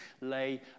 lay